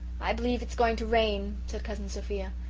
i b'lieve it's going to rain, said cousin sophia.